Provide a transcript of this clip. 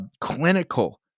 clinical